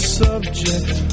subject